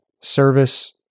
service